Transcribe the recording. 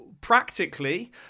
practically